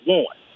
one